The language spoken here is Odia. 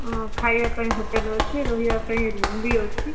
ହଁ ଖାଇବାପାଇଁ ହୋଟେଲ୍ ଅଛି ରହିବାପାଇଁ ରୁମ୍ ବି ଅଛି